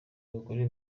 abagore